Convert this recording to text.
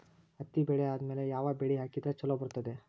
ಹತ್ತಿ ಬೆಳೆ ಆದ್ಮೇಲ ಯಾವ ಬೆಳಿ ಹಾಕಿದ್ರ ಛಲೋ ಬರುತ್ತದೆ?